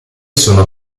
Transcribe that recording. sono